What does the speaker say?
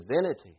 divinity